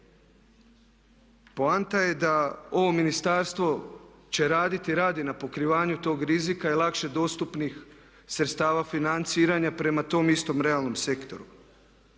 Poanta je da ovo ministarstvo će raditi i radi na pokrivanju tog rizika i lakše dostupnih sredstava financiranja prema tom istom realnom sektoru.